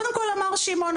קודם כל אמר שמעון,